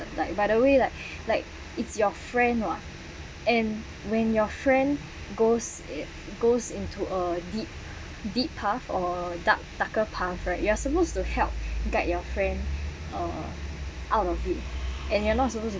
but by the way that like it's your friend [what] and when your friend goes it goes into a deep deep path or dark darker path right you're supposed to help guide your friend or out of it and you're not suppose to